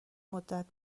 مدت